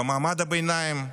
במעמד הביניים,